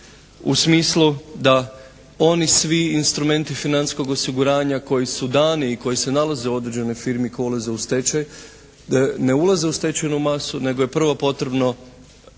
u smislu da oni svi instrumenti financijskog osiguranja koji su dani i koji se nalaze u određenoj firmi koje ulaze u stečaj ne ulaze u stečajnu masu nego je prvo potrebno